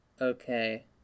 Okay